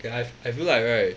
K I I feel like right